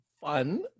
Fun